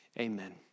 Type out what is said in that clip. amen